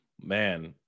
Man